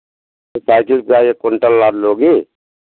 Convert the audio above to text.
cycle से क्या एक क्विंटल लाद लोगे